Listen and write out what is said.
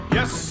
Yes